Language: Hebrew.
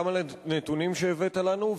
גם על הנתונים שהבאת לנו,